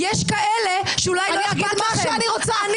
אני אגיד מה שאני רוצה.